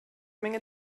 menge